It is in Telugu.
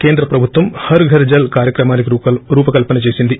కేంద్ర ప్రభుత్వం హర్ ఘర్ జల్ కార్యక్రమానికి రూపకల్పన చేసింది